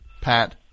Pat